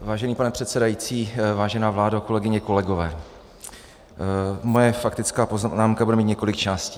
Vážený pane předsedající, vážená vládo, kolegyně, kolegové, moje faktická poznámka bude mít několik částí.